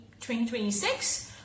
2026